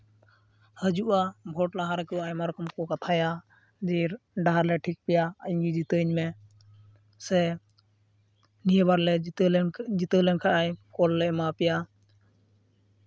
ᱦᱟᱹᱡᱩᱜᱼᱟ ᱵᱷᱳᱴ ᱞᱟᱦᱟ ᱨᱮ ᱟᱭᱢᱟ ᱨᱚᱠᱚᱢ ᱠᱚ ᱠᱟᱛᱷᱟᱭᱟ ᱡᱮ ᱰᱟᱦᱟᱨ ᱞᱮ ᱴᱷᱤᱠᱟᱯᱮᱭᱟ ᱤᱧ ᱜᱮ ᱡᱤᱛᱟᱹᱣᱤᱧ ᱢᱮ ᱥᱮ ᱱᱤᱭᱟᱹ ᱵᱟᱨ ᱞᱮ ᱡᱤᱛᱟᱹᱣ ᱞᱮᱱ ᱡᱤᱛᱟᱹᱣ ᱞᱮᱱ ᱠᱷᱟᱡ ᱠᱚᱞ ᱞᱮ ᱮᱢᱟ ᱯᱮᱭᱟ